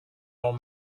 old